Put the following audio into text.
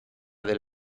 del